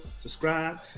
subscribe